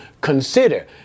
consider